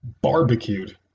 barbecued